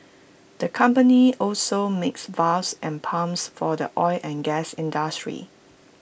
the company also makes valves and pumps for the oil and gas industry